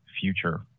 future